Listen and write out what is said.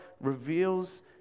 reveals